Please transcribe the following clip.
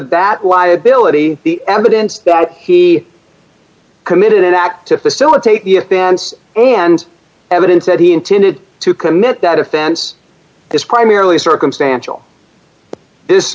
that liability the evidence that he committed an act to facilitate the dance and evidence that he intended to commit that offense is primarily circumstantial this